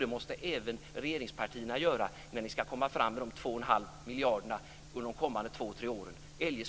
Det måste även regeringspartierna göra om de ska få fram 2 1⁄2 miljarder under de kommande två tre åren.